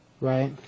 right